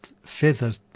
feathered